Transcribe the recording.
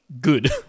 good